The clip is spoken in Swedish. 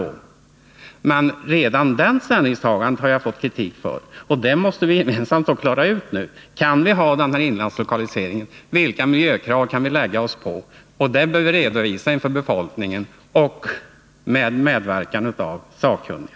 Men redan det ställningstagandet har jag fått kritik för, och vi måste nu gemensamt klara ut följande: Kan vi ha inlandslokalisering? Vilka miljökrav kan vi ställa? Detta bör vi redovisa inför befolkningen — med medverkan av sakkunniga.